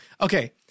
Okay